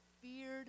feared